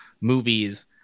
movies